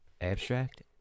abstract